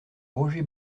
roger